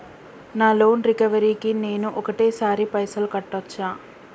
నా loan recovery కి నేను ఒకటేసరి పైసల్ కట్టొచ్చా?